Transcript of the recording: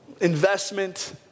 investment